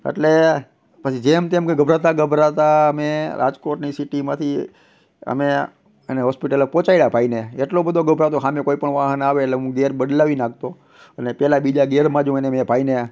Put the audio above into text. એટલે પછી જેમ તેમ કરી ગભરાતા ગભરાતા મેં રાજકોટની સિટીમાંથી અમે એને હોસ્પિટલે પહોંચાડ્યા ભાઈને એટલો બધો ગભરાતો સામે કોઈ પણ વાહન આવે એટલે હું ગેર બદલાવી નાખતો અને પહેલા બીજા ગિયરમાં જ હું એને મેં ભાઈને